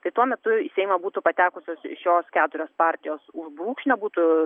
tai tuo metu į seimą būtų patekusios šios keturios partijos už brūkšnio būtų